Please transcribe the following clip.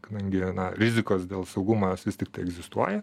kadangi na rizikos dėl saugumo jos vis tiktai egzistuoja